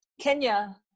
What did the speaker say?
Kenya